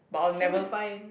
Serangoon is fine